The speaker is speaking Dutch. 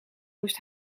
moest